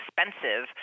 expensive